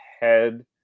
head